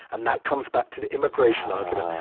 and that comes back to the immigration argument.